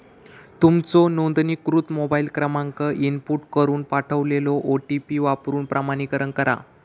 तुमचो नोंदणीकृत मोबाईल क्रमांक इनपुट करून पाठवलेलो ओ.टी.पी वापरून प्रमाणीकरण करा